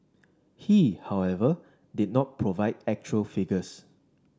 he however did not provide actual figures